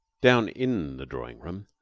down in the drawing-room,